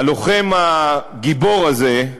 הלוחם הגיבור הזה,